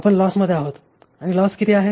आपण लॉसमध्ये आहोत आणि लॉस किती आहे